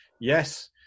Yes